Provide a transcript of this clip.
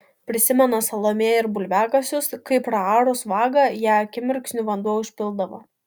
prisimena salomėja ir bulviakasius kai praarus vagą ją akimirksniu vanduo užpildavo